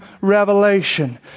Revelation